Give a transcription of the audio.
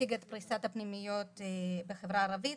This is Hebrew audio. נציג את פריסת הפנימיות בחברה הערבית,